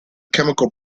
chemical